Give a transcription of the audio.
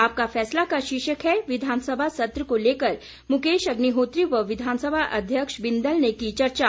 आपका फैसला का शीर्षक है विधानसभा सत्र को लेकर मुकेश अग्निहोत्री व विधानसभा अध्यक्ष बिंदल ने की चर्चा